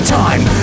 time